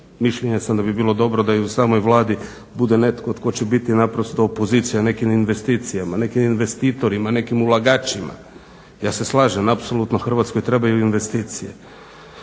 mišljena sam da bi bilo dobro da i u samoj Vladi bude netko tko će biti naprosto opozicija nekim investicijama, nekim investitorima, nekim ulagačima. Ja se slažem apsolutno Hrvatskoj trebaju investicije,